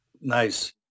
nice